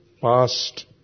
past